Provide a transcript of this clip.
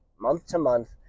month-to-month